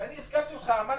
ואני הזכרתי אותך, אמרתי: